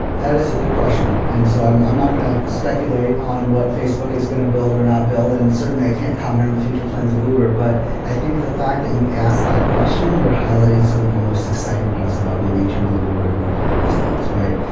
that is a good question. and so i'm i'm not going to speculate on what facebook is going to build or not build. and certainly, i can't comment on the future plans of uber. but i think, the fact that you asked that question, you're highlighting some of the most exciting parts about being internal with uber and working on those things, right?